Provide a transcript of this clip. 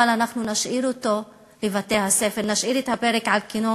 ונשאיר את הפרק על כנו